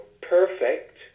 perfect